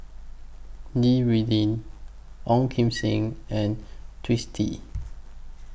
Li Rulin Ong Kim Seng and Twisstii